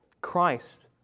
Christ